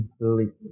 completely